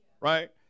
right